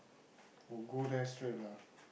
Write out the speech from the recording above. or go there straight lah